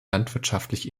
landwirtschaftlich